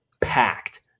packed